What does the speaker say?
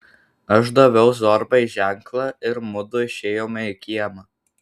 aš daviau zorbai ženklą ir mudu išėjome į kiemą